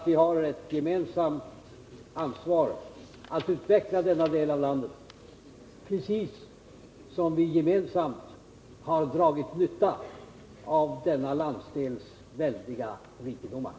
Vi har ett gemensamt ansvar för att utveckla denna del av landet, precis som vi gemensamt har dragit nytta av denna landsdels väldiga rikedomar.